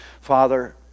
father